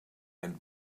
and